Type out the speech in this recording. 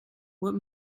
what